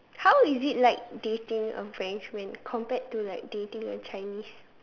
how is it like dating a French man compared to like dating a Chinese